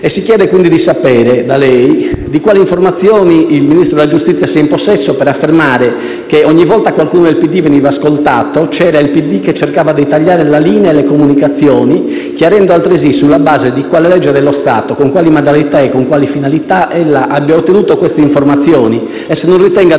si chiede di sapere da lei di quali informazioni il Ministro della giustizia sia in possesso per affermare che ogni volta che qualcuno del PD veniva ascoltato c'era il PD che cercava di tagliare la linea e le comunicazioni, chiarendo altresì sulla base di quale legge dello Stato, con quali modalità e con quali finalità ella abbia ottenuto queste informazioni,